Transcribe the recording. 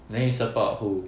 then you support who